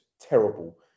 terrible